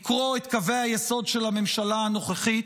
לקרוא את קווי היסוד של הממשלה הנוכחית,